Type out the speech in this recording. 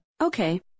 Okay